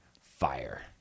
fire